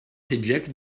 hijack